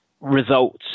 results